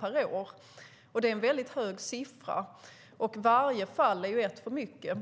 per år. Det är en mycket hög siffra, och varje fall är ett för mycket.